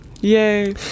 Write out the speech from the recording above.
Yay